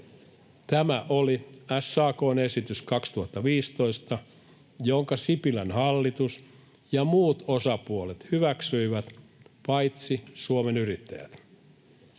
Tämä oli SAK:n esitys 2015, jonka Sipilän hallitus ja muut osapuolet hyväksyivät, paitsi Suomen Yrittäjät.